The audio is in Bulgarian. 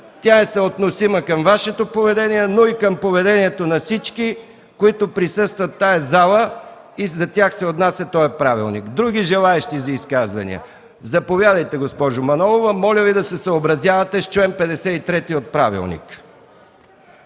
Тя е съотносима към Вашето поведение, но и към поведението на всички, които присъстват в тази зала – и за тях се отнася този правилник. Други желаещи за изказвания? Заповядайте, госпожо Манолова. Моля Ви да се съобразявате с чл. 53 от правилника.